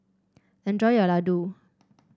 enjoy your Ladoo